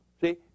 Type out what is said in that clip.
See